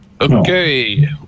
Okay